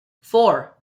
four